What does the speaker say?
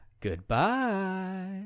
Goodbye